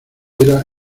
era